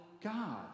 God